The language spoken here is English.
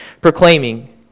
proclaiming